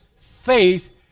faith